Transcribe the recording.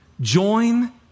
Join